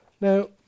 Now